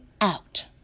out